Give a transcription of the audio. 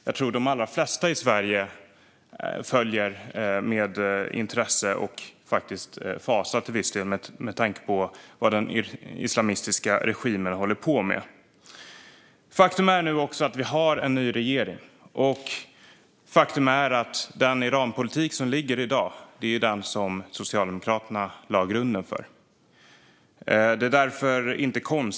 Jag tror att de allra flesta i Sverige följer med intresse, och till viss del fasa, vad den islamistiska regimen håller på med. Grunden till dagens Iranpolitik lades av Socialdemokraterna. Men faktum är att vi har en ny regering.